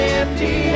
empty